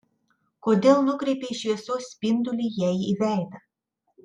kodėl nukreipei šviesos spindulį jai į veidą